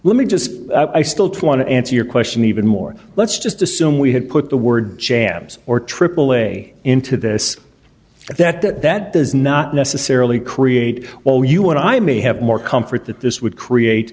let me just i still to want to answer your question even more let's just assume we had put the word jams or aaa into this that that that does not necessarily create all you want i may have more comfort that this would create